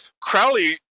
Crowley